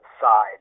side